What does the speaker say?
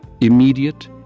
Immediate